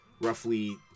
roughly